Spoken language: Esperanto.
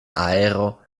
aero